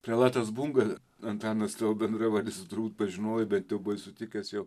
prelatas bunga antanas tavo bendravardis tu turbūt pažinojai bent jau buvai sutikęs jau